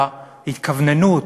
שההתכווננות